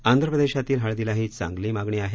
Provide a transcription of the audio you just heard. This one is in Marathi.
आंध्र प्रदेशातील हळदीलाही चांगली मागणी आहे